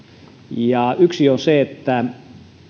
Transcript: yksi on se että